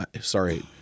Sorry